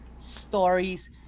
Stories